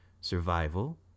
survival